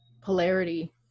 polarity